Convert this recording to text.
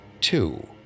Two